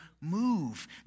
move